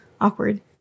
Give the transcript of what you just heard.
awkward